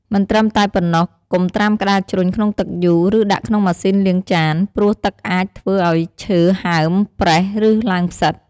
មិនត្រឹមតែប៉ុណ្ណោះ កុំត្រាំក្ដារជ្រុញក្នុងទឹកយូរ ឬដាក់ក្នុងម៉ាស៊ីនលាងចាន ព្រោះទឹកអាចធ្វើឲ្យឈើហើម ប្រេះ ឬឡើងផ្សិត។